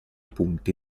punti